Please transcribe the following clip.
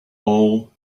all